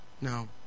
no